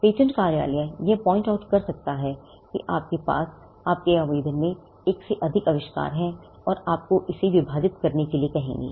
patent कार्यालय यह point out कर सकता है कि आपके पास आपके आवेदन में एक से अधिक आविष्कार हैं और आपको इसे विभाजित करने के लिए कहेंगे